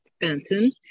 Benton